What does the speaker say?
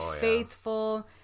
faithful